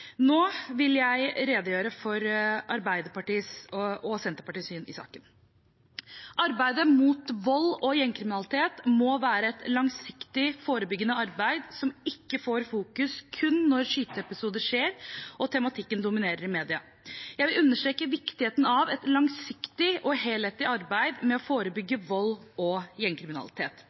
Nå vil jeg redegjøre for Arbeiderpartiet og Senterpartiets syn i saken. Arbeidet mot vold og gjengkriminalitet må være et langsiktig forebyggende arbeid som ikke får fokus kun når skyteepisoder skjer og tematikken dominerer i media. Jeg vil understreke viktigheten av et langsiktig og helhetlig arbeid med å forebygge vold og gjengkriminalitet.